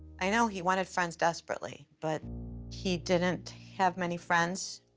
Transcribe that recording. i know he wanted friends desperately, but he didn't have many friends,